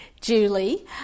Julie